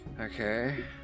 Okay